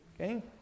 Okay